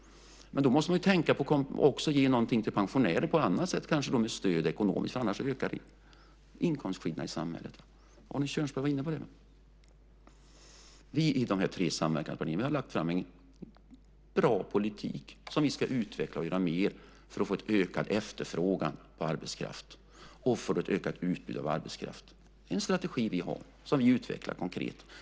Men då måste man ju ge någonting till pensionärer på annat sätt, kanske ett ekonomiskt stöd. Annars ökar inkomstskillnaderna i samhället. Arne Kjörnsberg var inne på det. Vi i de tre samverkanspartierna har lagt fram en bra politik som vi ska utveckla för att få en ökad efterfrågan på och ett ökat utbud av arbetskraft. Det är en strategi som vi har och som vi utvecklar konkret.